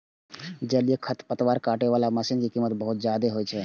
जलीय खरपतवार काटै बला मशीन के कीमत बहुत जादे होइ छै